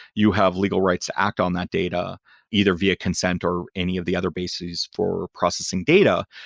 you have legal rights to act on that data either via consent or any of the other basis for processing data.